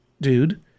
dude